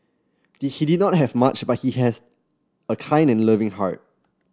he did not have much but he has a kind and loving heart